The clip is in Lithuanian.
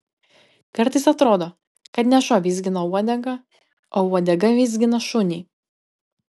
kartais atrodo kad ne šuo vizgina uodegą o uodega vizgina šunį